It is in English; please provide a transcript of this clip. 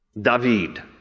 David